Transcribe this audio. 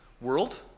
world